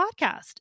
podcast